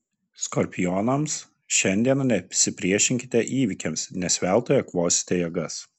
skorpionams šiandieną nesipriešinkite įvykiams nes veltui eikvosite jėgas